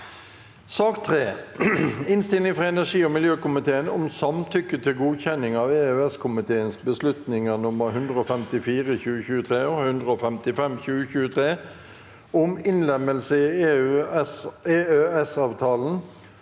2024 Innstilling fra energi- og miljøkomiteen om Samtykke til godkjenning av EØS-komiteens beslutninger nr. 154/2023 og 155/2023 om innlemmelse i EØS-avtalen